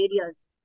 areas